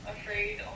afraid